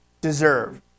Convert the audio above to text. deserve